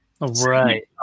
Right